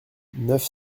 neuf